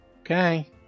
Okay